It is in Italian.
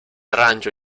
arancio